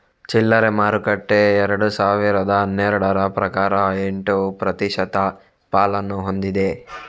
ಚಿಲ್ಲರೆ ಮಾರುಕಟ್ಟೆ ಎರಡು ಸಾವಿರದ ಹನ್ನೆರಡರ ಪ್ರಕಾರ ಎಂಟು ಪ್ರತಿಶತ ಪಾಲನ್ನು ಹೊಂದಿದೆ